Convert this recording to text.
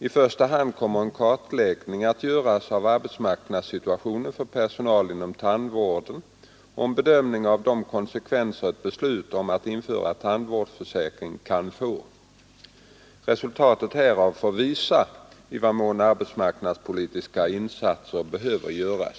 I första hand kommer en kartläggning att göras av arbetsmarknadssituationen för personal inom tandvården och en bedömning av de konsekvenser ett beslut om att införa tandvårdsförsäkring kan få. Resultatet härav får visa i vad mån arbetsmarknadspolitiska insatser behöver göras.